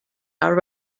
are